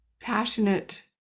passionate